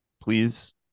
please